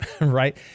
right